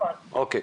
או.קיי.